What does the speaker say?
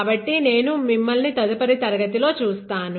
కాబట్టి నేను మిమ్మల్ని తదుపరి తరగతిలో చూస్తాను